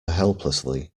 helplessly